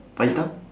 pai tao